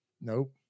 nope